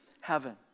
heaven